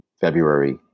February